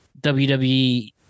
WWE